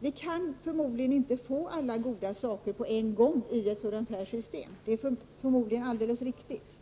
Vi kan förmodligen inte få alla goda saker på en gång i ett sådant här system — det är säkerligen alldeles riktigt.